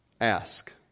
ask